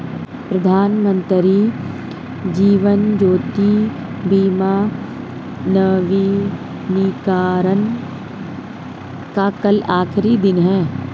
प्रधानमंत्री जीवन ज्योति बीमा नवीनीकरण का कल आखिरी दिन है